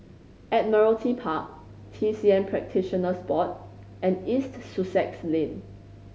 Admiralty Park T C M Practitioners Board and East Sussex Lane